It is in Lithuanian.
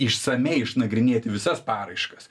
išsamiai išnagrinėti visas paraiškas